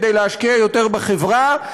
כדי להשקיע יותר בחברה,